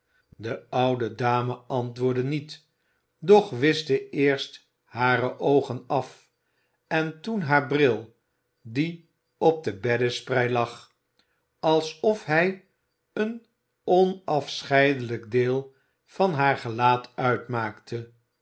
de oude dame antwoordde niet doch wischte eerst hare oogen af en toen haar bril die op de beddesprei lag alsof hij een onafscheidelijk deel van haar gelaat uitmaakte